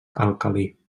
alcalí